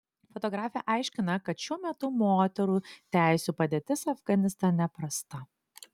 fotografė aiškina kad šiuo metu moterų teisių padėtis afganistane prasta